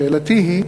שאלתי היא: